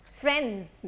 Friends